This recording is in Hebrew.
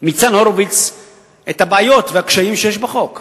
ניצן הורוביץ את הבעיות והקשיים שיש בחוק.